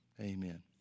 amen